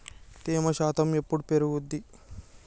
తేమ శాతం ఎప్పుడు పెరుగుద్ది?